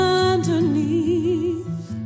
underneath